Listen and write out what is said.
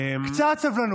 קצת סבלנות.